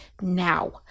now